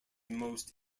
most